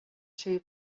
too